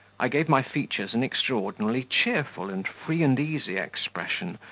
i gave my features an extraordinarily cheerful and free-and-easy expression,